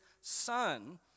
Son